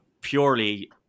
purely